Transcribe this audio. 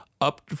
Up